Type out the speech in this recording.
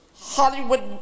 Hollywood